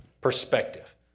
perspective